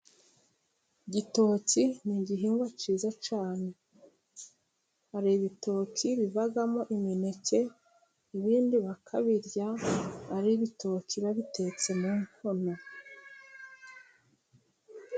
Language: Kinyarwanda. Igitoki ni igihingwa cyiza cyane， hari ibitoki bivamo imineke， ibindi bakabirya ari ibitoki，babitetse mu nkono.